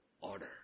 order